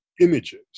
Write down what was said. images